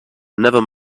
never